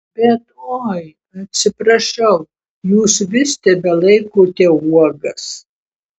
bet oi atsiprašau jūs vis tebelaikote uogas